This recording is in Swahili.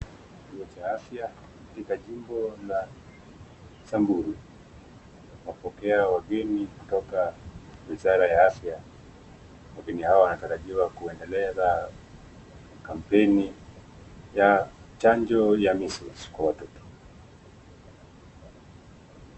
kituo cha afya katika jimbo la Samburu. Wamepokea wageni kutoka wizara ya afya. Wageni hao wanatarajiwa kuendeleza kampeni ya chanjo ya measles kwa watoto.